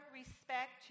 respect